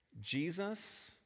Jesus